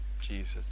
Jesus